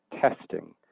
testing